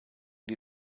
die